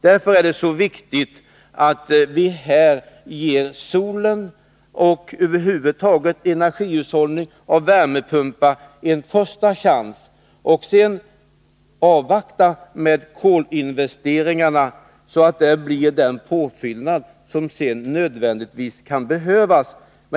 Därför är det så viktigt att vi ger solen och värmepumparna — och över huvud taget energihushållningen — en första chans och avvaktar med kolinvesteringarna. De får bli den påfyllning som sedan nödvändigtvis kan behövas.